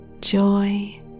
joy